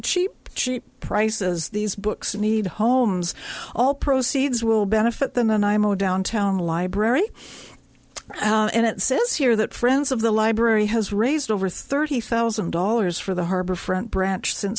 cheap cheap prices these books need homes all proceeds will benefit them and i'm a downtown library and it says here that friends of the library has raised over thirty thousand dollars for the harbor front branch since